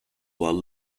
while